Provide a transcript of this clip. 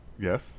Yes